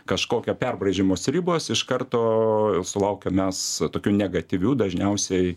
kažkokia perbraižomos ribos iš karto sulaukia mes tokių negatyvių dažniausiai